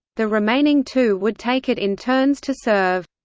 the remaining two would take it in turns to serve.